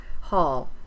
Hall